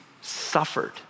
suffered